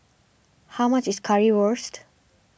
how much is Currywurst